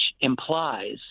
implies